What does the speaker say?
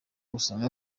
usanga